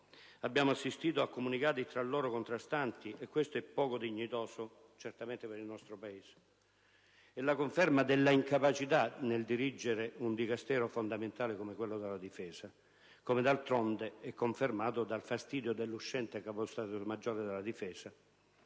Abbiamo assistito a comunicati tra loro contrastanti e questo è certamente poco dignitoso per il nostro Paese. È la conferma dell'incapacità di dirigere un Dicastero fondamentale come quello della difesa, come d'altronde è confermato dal fastidio dell'uscente Capo di stato maggiore della difesa.